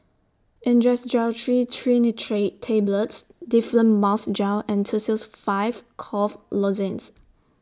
Angised Glyceryl Trinitrate Tablets Difflam Mouth Gel and Tussils five Cough Lozenges